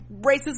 racism